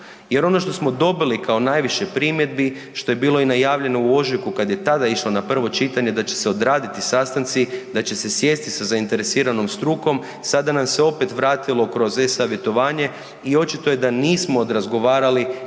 jer ono što smo dobili kao najviše primjedbi što je bilo i najavljeno u ožujku kad je tada išlo na prvo čitanje da će se odraditi sastanci, da će se sjesti sa zainteresiranom strukom sada nam se opet vratilo kroz e-savjetovanje i očito je da nismo odrazgovarali niti sa